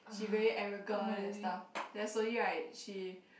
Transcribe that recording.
she very arrogant that stuff then slowly right she